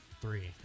Three